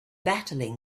battling